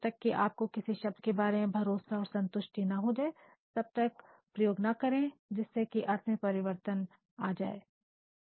जब तक कि आपको किसी शब्द के बारे में भरोसा और संतुष्टि ना हो जाए तब तक प्रयोग ना करें जिससे कि अर्थ में परिवर्तन आ जाये